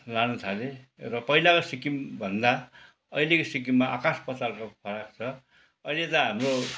लान थाले र पहिलाको सिक्कमभन्दा अहिलेको सिक्किममा आकाश पातालको फरक छ अहिले त हाम्रो